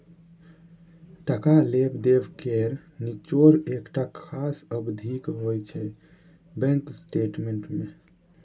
टका लेब देब केर निचोड़ एकटा खास अबधीक होइ छै बैंक स्टेटमेंट मे